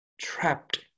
trapped